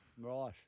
Right